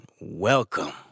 Welcome